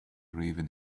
raven